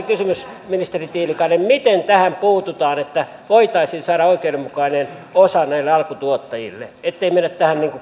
kysymys ministeri tiilikainen miten tähän puututaan että voitaisiin saada oikeudenmukainen osa näille alkutuottajille ettei mennä tähän